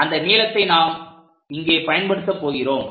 அந்த நீளத்தை நாம் இங்கே பயன்படுத்தப் போகிறோம்